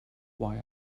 why